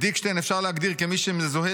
את דיקשטיין אפשר להגדיר כמי שמזוהה